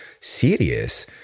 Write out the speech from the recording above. serious